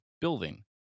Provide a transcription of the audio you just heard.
building